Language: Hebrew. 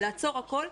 לעצור הכול,